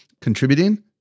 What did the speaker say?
contributing